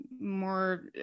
more